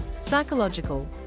psychological